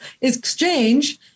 exchange